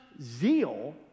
zeal